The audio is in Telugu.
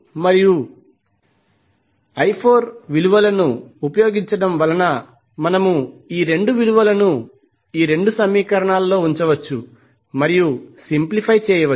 మరియు విలువలను ఉపయోగించడం వలన మనము ఈ 2 విలువలను ఈ 2 సమీకరణాలలో ఉంచవచ్చు మరియు సింప్లిఫై చేయవచ్చు